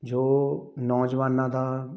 ਜੋ ਨੌਜਵਾਨਾਂ ਦਾ